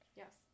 yes